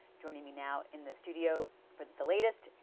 joining me now in the studio with the latest,